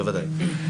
בוודאי.